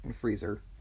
Freezer